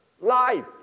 life